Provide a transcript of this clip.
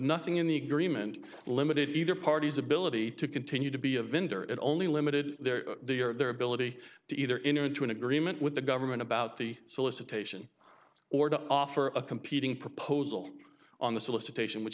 nothing in the agreement limited either party's ability to continue to be a vendor it only limited their the or their ability to either in or into an agreement with the government about the solicitation or to offer a competing proposal on the solicitation which